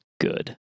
good